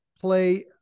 play